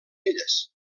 elles